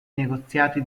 negoziati